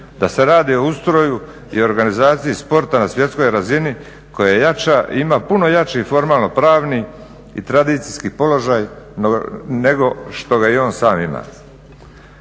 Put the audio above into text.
da se radi o ustroju i organizaciji sporta na svjetskoj razini koja je jača, ima puno jači formalno pravni i tradicijski položaj nego što ga je on sam ima.